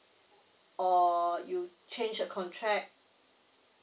or you change your contract